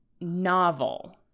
novel